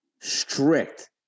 strict